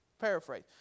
Paraphrase